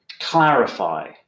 Clarify